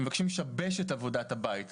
הם מבקשים לשבש את עבודת הבית הזה.